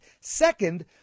Second